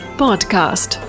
podcast